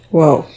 Whoa